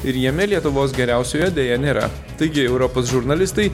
ir jame lietuvos geriausiojo deja nėra taigi europos žurnalistai